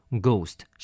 Ghost